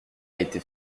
été